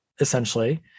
essentially